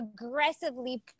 aggressively